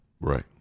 Right